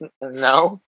No